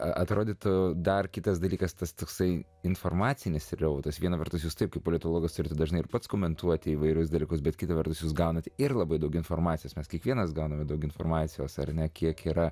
atrodytų dar kitas dalykas tas toksai informacinis srautas viena vertus jus taip kaip politologas ir dažnai pats komentuoti įvairius dalykus bet kita vertus jūs gaunate ir labai daug informacijos mes kiekvienas gauname daug informacijos ar ne kiek yra